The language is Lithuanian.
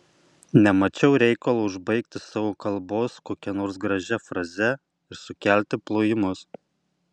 nemačiau reikalo užbaigti savo kalbos kokia nors gražia fraze ir sukelti plojimus